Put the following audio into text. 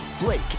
Blake